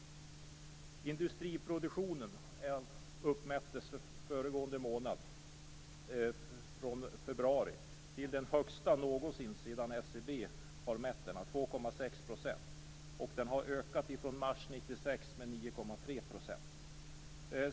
Ökningen i industriproduktionen mellan februari och mars uppmättes föregående månad till den högsta någonsin sedan SCB började mäta den - 2,6 %. Sedan mars 1996 har industriproduktionen ökat med 9,3 %.